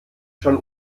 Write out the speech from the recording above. schon